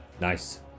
nice